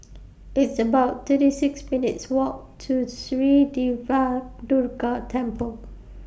It's about thirty six minutes' Walk to Sri Diva Durga Temple